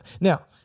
Now